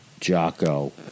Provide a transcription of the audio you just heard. Jocko